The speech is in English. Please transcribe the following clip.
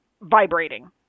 Vibrating